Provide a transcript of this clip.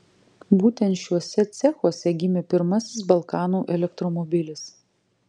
būtent šiuose cechuose gimė pirmasis balkanų elektromobilis